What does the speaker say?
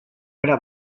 bera